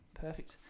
perfect